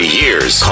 years